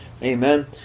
Amen